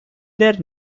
their